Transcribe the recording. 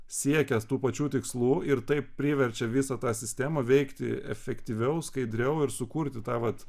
siekia tų pačių tikslų ir taip priverčia visą tą sistemą veikti efektyviau skaidriau ir sukurti tą vat